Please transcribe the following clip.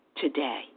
today